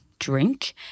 drink